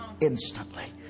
Instantly